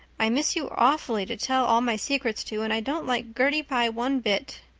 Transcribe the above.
i miss you awfully to tell all my secrets to and i don't like gertie pye one bit.